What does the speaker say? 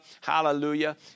hallelujah